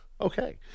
Okay